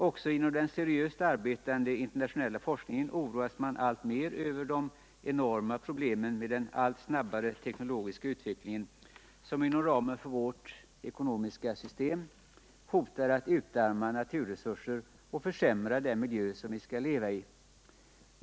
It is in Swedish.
Också inom den seriöst arbetande internationella forskningen oroas man alltmer över de enorma problemen i samband med den allt snabbare teknologiska utvecklingen, som inom ramen för vår ekonomiska struktur hotar att utarma naturresurser och försämra den miljö som vi skall leva i.